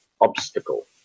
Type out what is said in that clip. obstacle